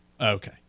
Okay